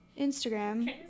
Instagram